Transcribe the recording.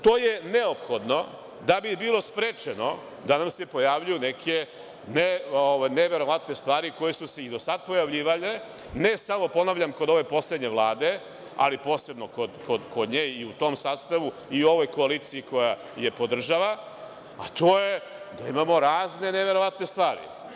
To je neophodno da bi bilo sprečeno da nam se pojavljuju neke neverovatne stvari koje su se i do sada pojavljivale, ne samo kod ove poslednje Vlade, ali posebno kod nje i u tom sastavu, i u ovoj koaliciji koja je podržava, a to je da imamo razne neverovatne stvari.